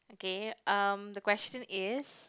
okay um the question is